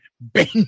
bang